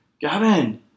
Gavin